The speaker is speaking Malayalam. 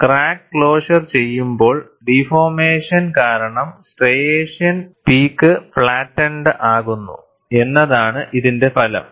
ക്രാക്ക് ക്ലോഷർ ചെയ്യുമ്പോൾ ഡിഫോർമേഷൻ കാരണം സ്ട്രൈയേഷൻ പീക്ക് ഫ്ളാറ്റെൻഡ് ആകുന്നു എന്നതാണ് ഇതിന്റെ ഫലം